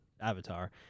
Avatar